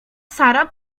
sara